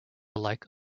alike